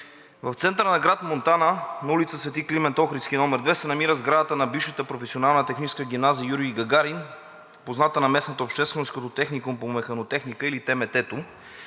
В центъра на град Монтана на ул. „Св. Климент Охридски“ № 2 се намира сградата на бившата Професионална техническа гимназия „Юрий Гагарин“, позната на местната общественост като Техникум по механотехника, или ТМТ-то,